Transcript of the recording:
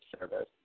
service